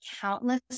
countless